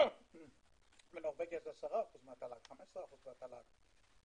בנורבגיה זה 10%, 15% מהתל"ג.